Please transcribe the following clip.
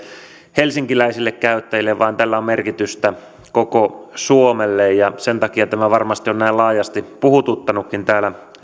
helsinkiläisille käyttäjille vaan tällä on merkitystä koko suomelle ja sen takia tämä varmasti on näin laajasti puhututtanutkin täällä